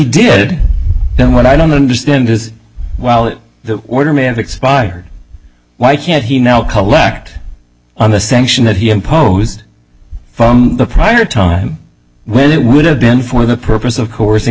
did then what i don't understand is well if the order may have expired why can't he now collect on the sanction that he imposed from the prior time when it would have been for the purpose of course in